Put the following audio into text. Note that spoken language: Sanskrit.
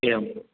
एवम्